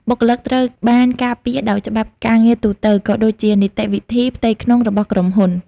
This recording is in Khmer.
បុគ្គលិកត្រូវបានការពារដោយច្បាប់ការងារទូទៅ ក៏ដូចជានីតិវិធីផ្ទៃក្នុងរបស់ក្រុមហ៊ុន។